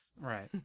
Right